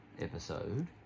episode